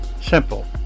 simple